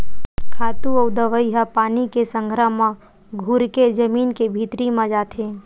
खातू अउ दवई ह पानी के संघरा म घुरके जमीन के भीतरी म जाथे